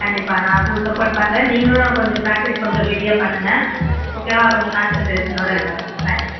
கண்டிப்பாக நான் full support பண்ணுறேன் நீங்களும் கொஞ்சம் ப்ராக்டிஸ் கொஞ்சம் ஹெவியாக பண்ணுங்கள் ஓகேவா கொஞ்சம் கான்செண்ட்ரேஷனோட இருங்கள் மேட்சில்